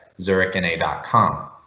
ZurichNA.com